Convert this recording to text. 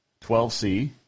12C